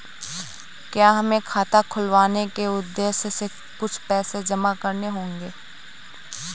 क्या हमें खाता खुलवाने के उद्देश्य से कुछ पैसे जमा करने होंगे?